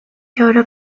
ahora